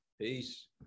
Peace